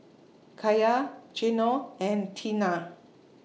Kaia Geno and Teena